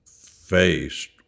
faced